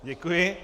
Děkuji.